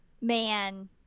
Man